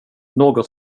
något